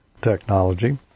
technology